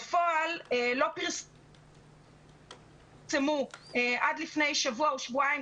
בפועל לא פרסמו עד לפני שבוע או שבועיים,